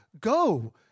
go